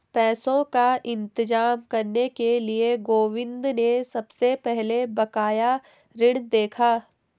पैसों का इंतजाम करने के लिए गोविंद ने सबसे पहले बकाया ऋण देखा